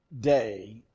day